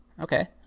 Okay